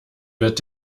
wird